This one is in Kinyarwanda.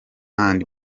and